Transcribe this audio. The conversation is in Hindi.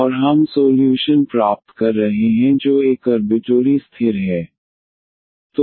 और हम सोल्यूशन प्राप्त कर रहे हैं जो एक अर्बिटोरी स्थिर है